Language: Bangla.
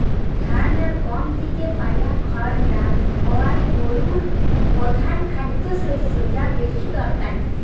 ধান আর গম থিকে পায়া খড়টা বোধায় গোরুর পোধান খাদ্যশস্য যা বেশি দরকারি